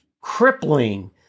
crippling